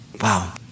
Wow